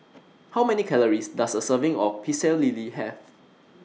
How Many Calories Does A Serving of Pecel Lele Have